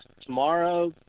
tomorrow